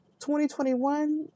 2021